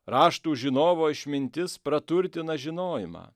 raštų žinovo išmintis praturtina žinojimą